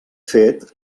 fet